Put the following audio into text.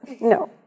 no